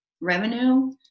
revenue